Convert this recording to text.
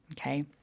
Okay